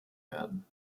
werden